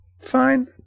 Fine